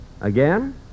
Again